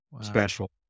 special